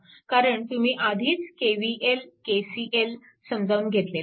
कारण तुम्हीआधीच KVL KCL समजावून घेतलेला आहे